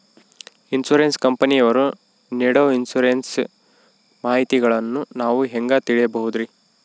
Insurance ಕಂಪನಿಯವರು ನೇಡೊ insurance ಮಾಹಿತಿಗಳನ್ನು ನಾವು ಹೆಂಗ ತಿಳಿಬಹುದ್ರಿ?